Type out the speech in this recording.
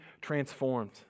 transformed